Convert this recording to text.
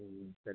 ಹಾಂ ಹಾಂ